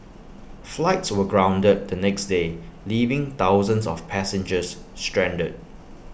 flights were grounded the next day leaving thousands of passengers stranded